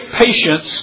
patience